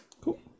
cool